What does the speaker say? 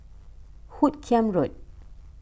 Hoot Kiam Road